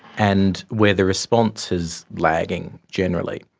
and where the response is lagging generally.